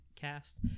cast